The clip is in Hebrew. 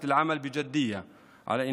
כן,